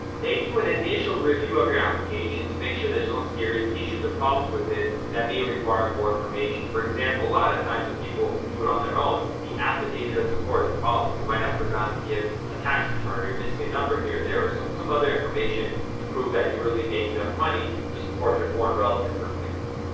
they do an initial review of your application to make sure there's no serious issues or problems with it that may require more information. for example, a lot of times, when people do it on their own the affidavit of support is a problem. you might have forgotten to give a tax return or you're missing a number here and there or some some other information to prove that you really make enough money to support your foreign relative for example.